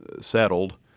settled